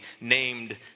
named